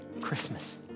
Christmas